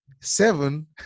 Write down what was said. Seven